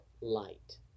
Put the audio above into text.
light